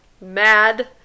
mad